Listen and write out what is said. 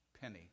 Penny